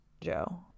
Joe